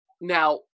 Now